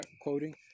quoting